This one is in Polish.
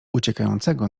uciekającego